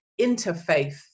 interfaith